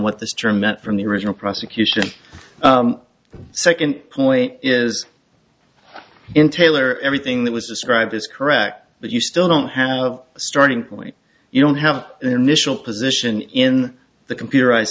what the term meant from the original prosecution the second point is in tailor everything that was described is correct but you still don't have a starting point you don't have an initial position in the computerized